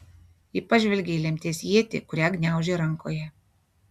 ji pažvelgė į lemties ietį kurią gniaužė rankoje